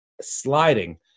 sliding